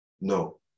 No